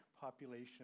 population